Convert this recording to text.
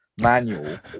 manual